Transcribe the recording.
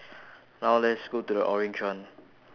now let's go to the orange one